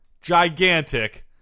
gigantic